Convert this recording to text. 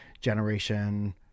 generation